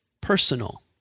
personal